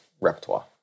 repertoire